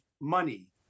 money